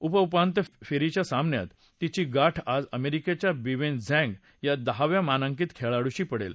उपउपांत्यपूर्व फेरीच्या सामन्यात तिची गाठ आज अमेरिकेच्या बिवेन झॅन्ग या दहाव्या मानांकित खेळाडूशी पडेल